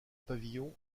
pavillons